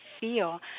feel